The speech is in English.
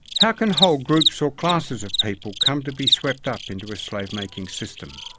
how can whole groups or classes of people come to be swept up into a slave-making system?